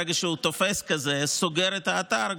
ברגע שהוא תופס כזה, סוגר את האתר,